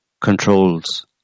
controls